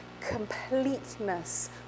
completeness